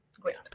Great